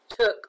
took